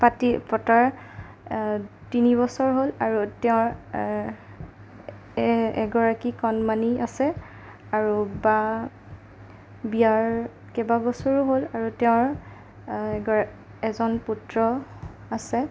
পাতি পতাৰ তিনিবছৰ হ'ল আৰু তেওঁৰ এগৰাকী কণমানি আছে আৰু বা বিয়াৰ কেইবাবছৰো হ'ল আৰু তেওঁৰ এগৰাকী এজন পুত্ৰ আছে